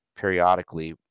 periodically